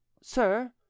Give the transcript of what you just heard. sir